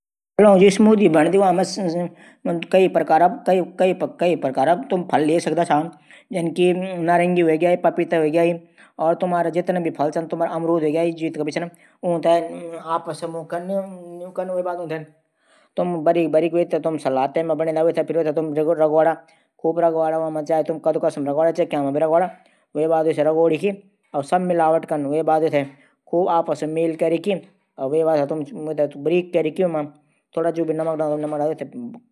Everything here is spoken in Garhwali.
अलू पकाणू पैलै एक पतीला मां चुल्हा ऊबाली द्या फिर अलू छिलका निकाली ऊंथै जू भी बनाणे बने सकदा।